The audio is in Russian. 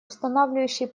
устанавливающий